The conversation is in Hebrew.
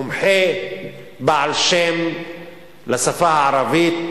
מומחה בעל שם לשפה הערבית,